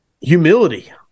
humility